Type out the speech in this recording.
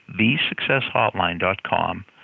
thesuccesshotline.com